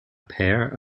pair